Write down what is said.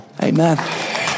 Amen